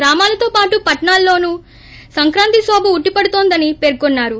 గ్రామాలతో పాటు పట్టణాల్లోనూ సంక్రాంతి శోభ ఉట్టిపడుతోందని పేర్కొన్నారు